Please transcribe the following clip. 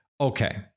okay